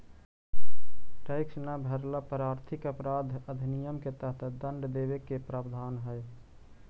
tax न भरला पर आर्थिक अपराध अधिनियम के तहत दंड देवे के प्रावधान हई